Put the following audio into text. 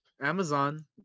Amazon